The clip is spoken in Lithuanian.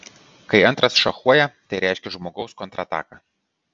kai antras šachuoja tai reiškia žmogaus kontrataką